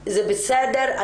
שזה בסדר,